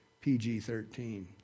pg-13